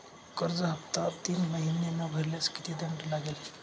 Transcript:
कर्ज हफ्ता तीन महिने न भरल्यास किती दंड लागेल?